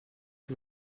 que